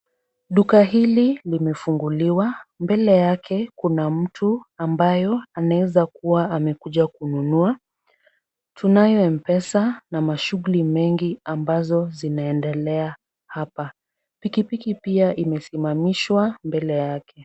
Duka hili limefunguliwa. Mbele yake kuna mtu ambayo ameweza kuwa amekuja kununua. Tunayo mpesa na mashughuli mengi ambazo zinaendelea hapa. Pikipiki pia imesimamishwa mbele yake.